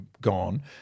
gone